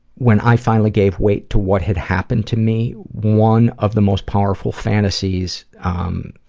when i finally gave weight to what had happened to me, one of the most powerful fantasies um,